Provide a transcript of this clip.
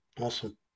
Awesome